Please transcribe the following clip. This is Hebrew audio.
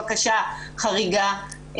בקשה חריגה,